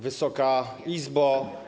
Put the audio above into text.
Wysoka Izbo!